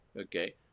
Okay